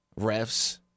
refs